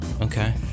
Okay